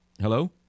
Hello